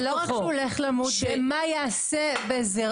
זה לא רק שהוא הולך למות, זה מה ייעשה בזרעו.